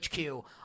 hq